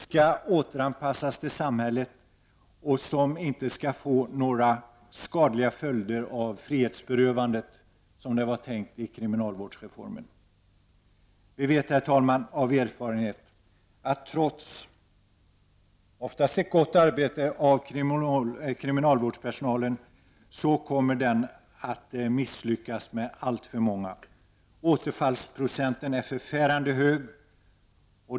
skall återanpassas till samhället och som — enligt kriminalvårdsreformen — inte skall få några skadliga följder av frihetsberövandet. Vi vet av erfarenhet, herr talman, att trots ett oftast gott arbete ifrån kriminalvårdspersonalens sida så kommer den att misslyckas med alltför många. Återfallsprocenten är förfärande hög.